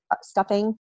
stuffing